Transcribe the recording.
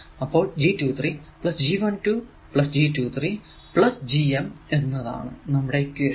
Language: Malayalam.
അപ്പോൾ G23 G12G23 GM ആണ് നമ്മുടെ ഇക്വേഷൻ